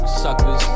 suckers